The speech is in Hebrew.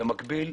במקביל,